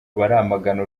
baramagana